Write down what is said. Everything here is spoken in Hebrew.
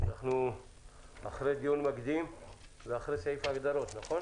אנחנו אחרי דיון מקדים ואחרי סעיף ההגדרות, נכון?